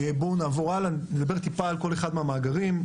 נעבור הלאה ונדבר טיפה על כל אחד מהמאגרים.